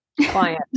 client